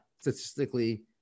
statistically